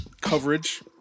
coverage